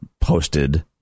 posted